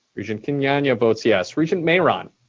regent kenyanya votes yes. regent mayeron?